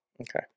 Okay